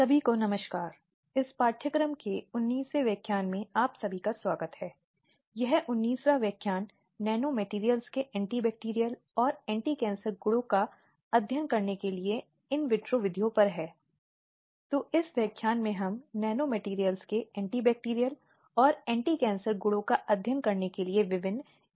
NPTEL NPTEL online प्रमाणीकरण पाठ्यक्रम course on लिंग भेद न्याय और कार्यस्थल सुरक्षा gender justice and workplace security द्वारा प्रो दीपा दुबे राजीव गांधी बौद्धिक संपदा विधि विद्यालय IIT खड़गपुर व्याख्यान 19 विभिन्न एजेंसियों की भूमिका नमस्कार आपका फिर से स्वागत है लिंग भेद न्याय और कार्यस्थल सुरक्षा पर पाठ्यक्रम में